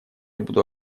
буду